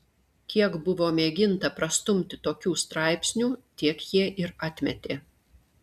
kiek buvo mėginta prastumti tokių straipsnių tiek jie ir atmetė